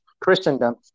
Christendom